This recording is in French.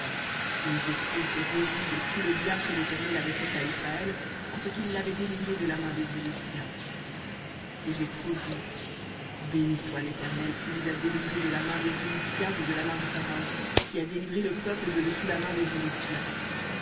et jéthro se réjouit de tout le bien que l'éternel avait fait à israël en ce qu'il l'avait délivré de la main des égyptiens et jéthro dit béni soit l'éternel qui vous a délivrés de la main des égyptiens et de la main du pharaon qui a délivré le peuple de dessous la main des égyptiens